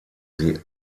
sie